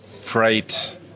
freight